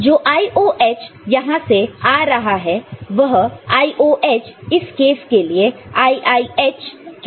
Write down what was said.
जो IOH यहां से आ रहा है वह IOH इस केस के लिए इस IIH के लिए